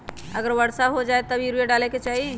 अगर वर्षा हो जाए तब यूरिया डाले के चाहि?